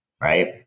right